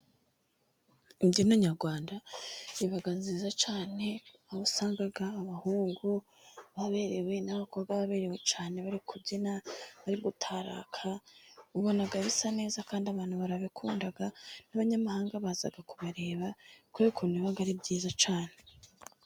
Imbyino nyarwanda ziba nziza cyane， aho usanga abahungu baberewe， n'abakobwa baberewe cyane， bari kubyina， bari gutaraka， ubona bisa neza， kandi abantu barabikunda， n'abanyamahanga baza kubareba，kubera ukuntu biba ari byiza cyane.